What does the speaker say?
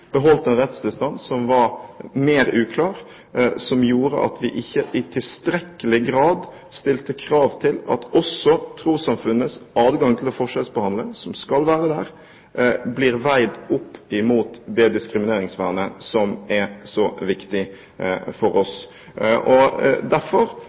beholdt en rettstilstand som var mer uklar, som gjorde at vi ikke i tilstrekkelig grad stilte krav til at også trossamfunnenes adgang til å forskjellsbehandle – som skal være der – blir veid opp mot det diskrimineringsvernet som er så viktig for oss. Derfor